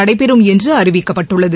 நடைபெறும் என்று அறிவிக்கப்பட்டுள்ளது